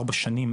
ארבע שנים,